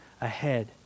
ahead